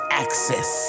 access